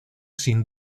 sin